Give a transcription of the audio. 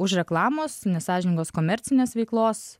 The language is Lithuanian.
už reklamos nesąžiningos komercinės veiklos